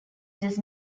does